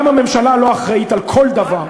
גם הממשלה לא אחראית על כל דבר.